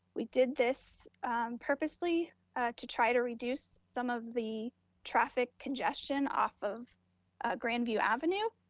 we did this purposely to try to reduce some of the traffic congestion off of grand view avenue.